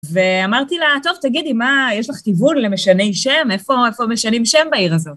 ואמרתי לה, טוב, תגידי, יש לך כיוון למשני שם? איפה משנים שם בעיר הזאת?